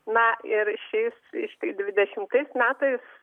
na ir šiais ir štai dvidešimtais metais